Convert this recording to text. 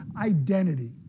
identity